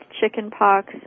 chickenpox